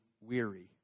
weary